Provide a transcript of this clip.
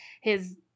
his-